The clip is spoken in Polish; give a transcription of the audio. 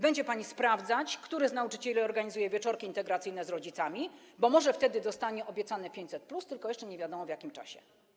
Będzie pani sprawdzać, który z nauczycieli organizuje wieczorki integracyjne z rodzicami, bo może wtedy dostanie obiecane 500+, tylko jeszcze nie wiadomo w jakim czasie.